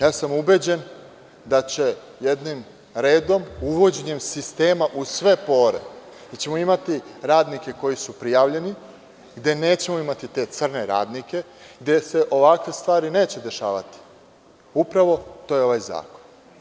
Ja sam ubeđen da će jednim redom, uvođenjem sistema u sve pore da ćemo imati radnike koji su prijavljeni, gde nećemo imati te crne radnike, gde se ovakve stvari neće dešavati, upravo to je ovaj zakon.